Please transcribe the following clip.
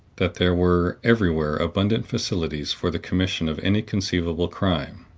that there were everywhere abundant facilities for the commission of any conceivable crime.